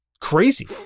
crazy